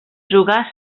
jugà